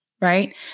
right